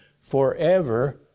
forever